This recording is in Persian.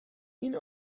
این